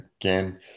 again